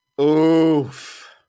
Oof